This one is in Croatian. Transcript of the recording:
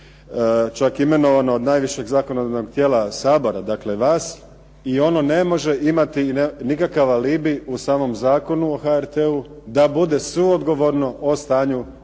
čak imenovano od najvišeg zakonodavnog tijela Sabora, dakle vas i ono ne može imati nikakav alibi u samom Zakonu o HRT-u, da bude suodgovorno o stanju u cijelosti